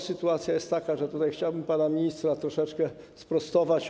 Sytuacja jest taka, że chciałbym pana ministra troszeczkę sprostować.